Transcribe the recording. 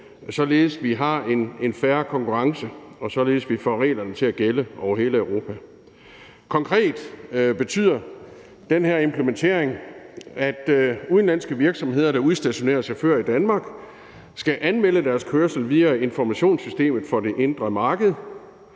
således at vi har en fair konkurrence, og således at vi får reglerne til at gælde over hele Europa. Konkret betyder den her implementering, at udenlandske virksomheder, der udstationerer chauffører i Danmark, skal anmelde deres kørsel via informationssystemet for det indre marked.